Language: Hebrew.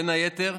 בין היתר,